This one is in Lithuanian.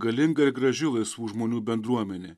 galinga ir graži laisvų žmonių bendruomenė